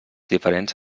diferents